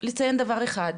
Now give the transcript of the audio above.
אני חייבת לציין דבר אחד,